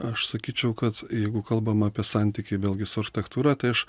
aš sakyčiau kad jeigu kalbam apie santykį vėlgi su architektūra tai aš